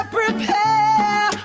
prepare